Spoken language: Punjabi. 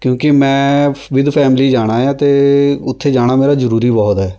ਕਿਉਂਕਿ ਮੈਂ ਵਿਦ ਫੈਮਿਲੀ ਜਾਣਾ ਆ ਅਤੇ ਉੱਥੇ ਜਾਣਾ ਮੇਰਾ ਜ਼ਰੂਰੀ ਬਹੁਤ ਹੈ